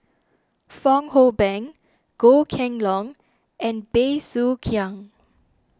Fong Hoe Beng Goh Kheng Long and Bey Soo Khiang